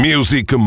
Music